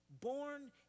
born